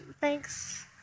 Thanks